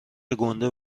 گنده